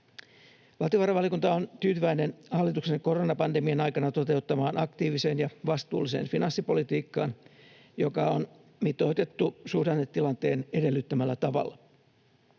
Valtiovarainvaliokunta on tyytyväinen hallituksen koronapandemian aikana toteuttamaan aktiiviseen ja vastuulliseen finanssipolitiikkaan, joka on mitoitettu suhdannetilanteen edellyttämällä tavalla.